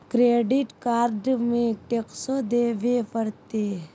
Credit card में टेक्सो देवे परते?